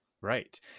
Right